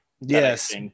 yes